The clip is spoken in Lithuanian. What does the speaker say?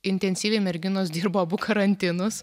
intensyviai merginos dirbo abu karantinus